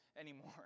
anymore